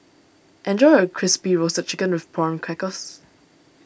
enjoy your Crispy Roasted Chicken with Prawn Crackers